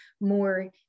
more